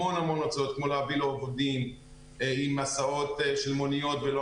המון המון הוצאות כמו: הסעות לעובדים במוניות ולא